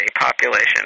population